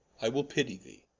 i will pitty thee